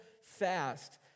fast